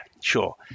sure